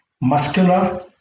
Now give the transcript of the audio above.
muscular